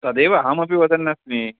तदेव अहमपि वदन् अस्मि